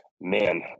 Man